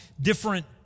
different